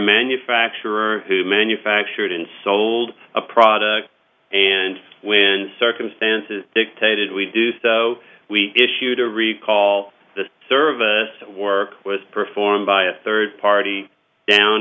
manufacturer who manufactured and sold a product and when circumstances dictated we do so we issued a recall the service work was performed by a third party down